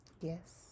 Yes